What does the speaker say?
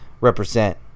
Represent